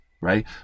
right